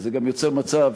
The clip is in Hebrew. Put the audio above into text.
חבר הכנסת מגל,